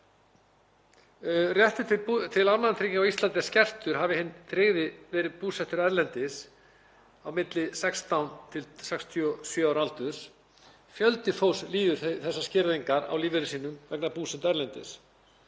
Réttur til almannatrygginga á Íslandi er skertur hafi hinn tryggði verið búsettur erlendis á milli 16 og 67 ára aldurs. Fjöldi fólks líður því skerðingar á lífeyri sínum vegna búsetu erlendis.